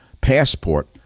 passport